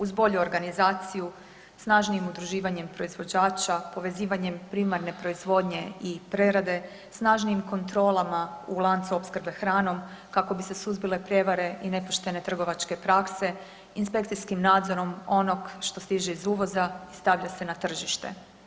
Uz bolju organizaciju, snažnijim udruživanjem proizvođača, povezivanjem primarne proizvodnje i prerade, snažnijim kontrolama u lancu opskrbe hranom, kako bi se suzbile prijevare i nepoštene trgovačke prakse, inspekcijskim nadzorom onog što stiže iz uvoza, stavlja se na tržište.